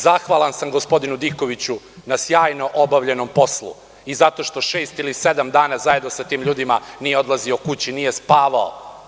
Zahvalan sam gospodinu Dikoviću na sjajno obavljenom poslu i zato što šest ili sedam dana zajedno sa tim ljudima nije odlazio kući, nije spavao.